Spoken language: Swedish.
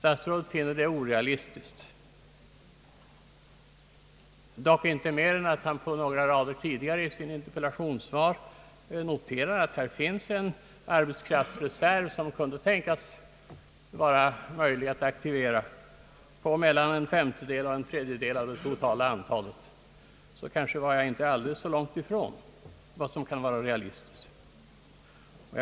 Statsrådet finner det orealistiskt, dock inte mer än att han några rader tidigare 1 sitt interpellationssvar noterar att här finns en arbetskraftsreserv på mellan en femtedel och en tredjedel av det totala antalet, vilken kunde tänkas vara möjlig att aktivera. Jag var kanske därför inte så långt ifrån vad som kan vara realistiskt.